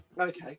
Okay